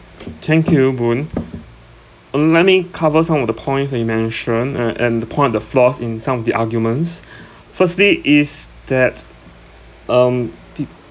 thank you boon l~ let me cover some of the points that you mentioned uh and the point of the flaws in some of the arguments firstly is that um p